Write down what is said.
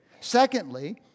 Secondly